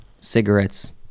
Cigarettes